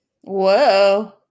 Whoa